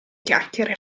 chiacchiere